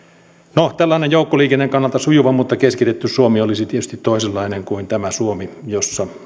no tällainen joukkoliikenteen kannalta sujuva mutta keskitetty suomi olisi tietysti toisenlainen kuin tämä suomi jossa